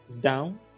down